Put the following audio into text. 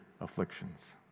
afflictions